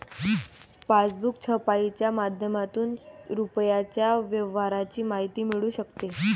passbook छपाईच्या माध्यमातून रुपयाच्या व्यवहाराची माहिती मिळू शकते